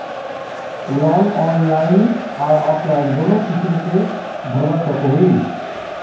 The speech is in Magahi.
लोन ऑनलाइन आर ऑफलाइन दोनों किसम के भरवा सकोहो ही?